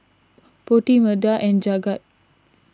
Potti Medha and Jagat